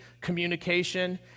communication